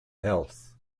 health